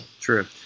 True